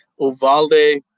Ovalde